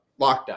Lockdown